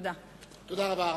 תודה רבה.